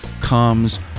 comes